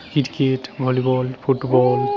cricket volleyball football